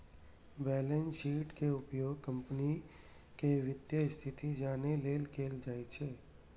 balance शीटक उपयोग कंपनीक वित्तीय स्थिति जानै लेल कैल जाइ छै